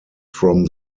from